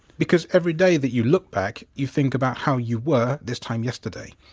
because everyday that you look back you think about how you were this time yesterday,